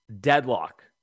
deadlock